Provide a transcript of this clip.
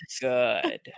good